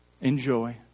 enjoy